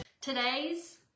Today's